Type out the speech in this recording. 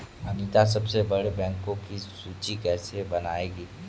अनीता सबसे बड़े बैंकों की सूची कैसे बनायेगी?